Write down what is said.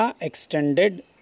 extended